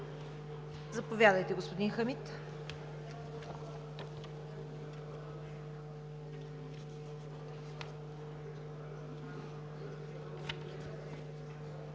Заповядайте, господин Хамид.